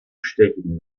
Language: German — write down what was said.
stechen